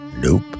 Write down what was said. Nope